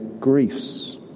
griefs